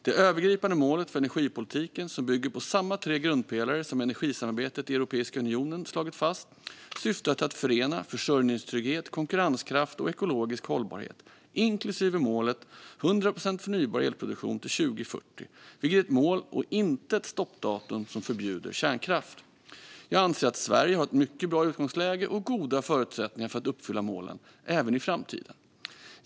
Det övergripande målet för energipolitiken som bygger på samma tre grundpelare som energisamarbetet i Europeiska unionen slagit fast syftar till att förena försörjningstrygghet, konkurrenskraft och ekologisk hållbarhet, inklusive målet 100 procent förnybar elproduktion till 2040, vilket är ett mål och inte ett stoppdatum som förbjuder kärnkraft. Jag anser att Sverige har ett mycket bra utgångsläge och goda förutsättningar för att uppfylla målen även i framtiden.